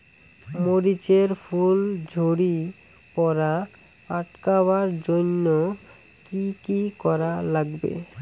মরিচ এর ফুল ঝড়ি পড়া আটকাবার জইন্যে কি কি করা লাগবে?